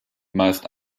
meist